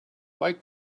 why